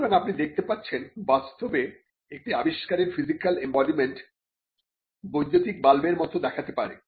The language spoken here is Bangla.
সুতরাং আপনি দেখতে পাচ্ছেন বাস্তবে একটি আবিষ্কারের ফিজিক্যাল এম্বডিমেন্ট বৈদ্যুতিক বাল্বের মত দেখাতে পারে